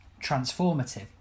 transformative